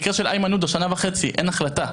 מקרה של איימן עודה, שנה וחצי, אין החלטה.